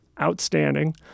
outstanding